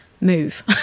move